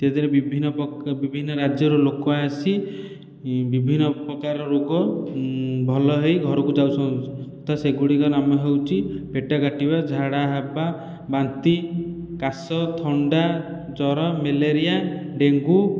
ଇତ୍ୟାଦିରେ ବିଭିନ୍ନ ବିଭିନ୍ନ ରାଜ୍ୟର ଲୋକ ଆସି ବିଭିନ୍ନ ପ୍ରକାର ରୋଗ ଭଲ ହେଇ ଘରକୁ ଯାଉଛନ୍ତି ତ ସେଗୁଡ଼ିକ ନାମ ହେଉଛି ପେଟ କାଟିବା ଝାଡ଼ା ହେବା ବାନ୍ତି କାଶ ଥଣ୍ଡା ଜ୍ଵର ମ୍ୟାଲେରିଆ ଡେଙ୍ଗୁ